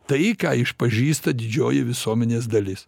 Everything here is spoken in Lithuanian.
tai ką išpažįsta didžioji visuomenės dalis